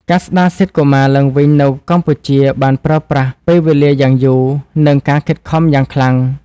ការស្ដារសិទ្ធិកុមារឡើងវិញនៅកម្ពុជាបានប្រើប្រាស់ពេលវេលាយ៉ាងយូរ និងការខិតខំយ៉ាងខ្លាំង។